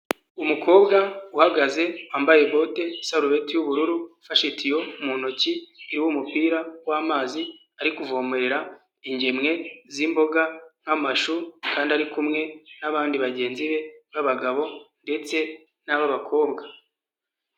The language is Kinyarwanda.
Umukobwa uhagaze wambaye botesarubetti y’ubururu, afashe itiyo mu ntoki, iriho umupira w’amazi, ari kuvomerera ingemwe z'imboga nk’amashu, kandi ari kumwe n’abandi bagenzi be b'abagabo ndetse n’ab'abakobwa.